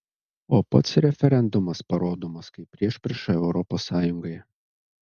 o pats referendumas parodomas kaip priešprieša europos sąjungai